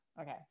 Okay